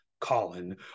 Colin